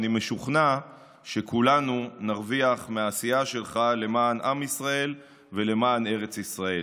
ואני משוכנע שכולנו נרוויח מהעשייה שלך למען עם ישראל ולמען ארץ ישראל.